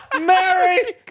Mary